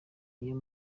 niyo